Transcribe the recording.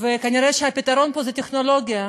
וכנראה הפתרון פה הוא טכנולוגיה,